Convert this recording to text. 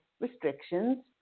restrictions